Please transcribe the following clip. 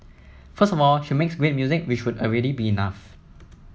first of all she makes great music which would already be enough